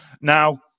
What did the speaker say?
Now